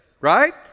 right